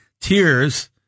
tears